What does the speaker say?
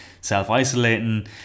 self-isolating